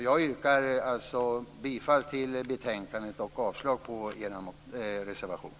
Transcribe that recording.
Jag yrkar alltså bifall till utskottets hemställan och avslag på reservationen.